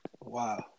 Wow